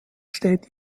steht